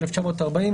1940,